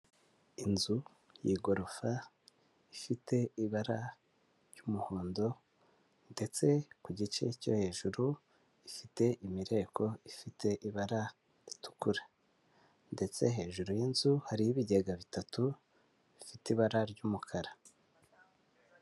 Inzu y'igorofa ifite ibara ry'umuhondo ndetse ku gice cyo hejuru, ifite imireko ifite ibara ritukura ndetse hejuru y'inzu hariho ibigega bitatu bifite ibara ry'umukara.